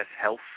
health